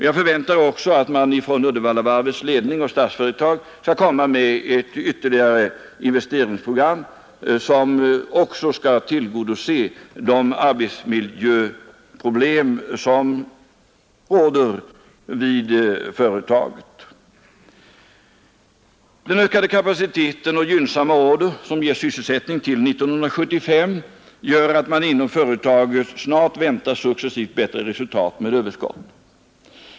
Jag förväntar också att man från Uddevallavarvets ledning och från Statsföretag skall komma med ett ytterligare investeringsprogram, som även skall lösa de arbetsmiljöproblem som finns vid företaget. Den ökade kapaciteten och gynnsamma order, som ger sysselsättning till 1975, gör att man inom företaget snart väntar successivt bättre resultat med överskott.